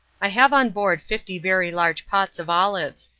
i have on board fifty very large pots of olives.